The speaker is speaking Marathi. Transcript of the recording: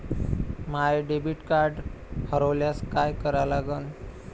माय डेबिट कार्ड हरोल्यास काय करा लागन?